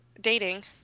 dating